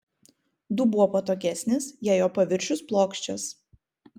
dubuo patogesnis jei jo paviršius plokščias